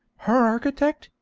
her architect,